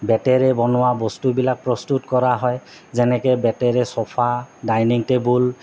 বেতেৰে বনোৱা বস্তুবিলাক প্ৰস্তুত কৰা হয় যেনেকে বেতেৰে চোফা ডাইনিং টেবুল